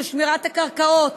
של שמירת הקרקעות,